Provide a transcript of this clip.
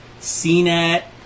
CNET